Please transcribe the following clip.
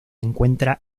encuentra